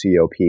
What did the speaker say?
COP